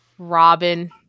Robin